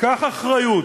תיקח אחריות,